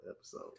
episode